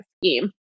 scheme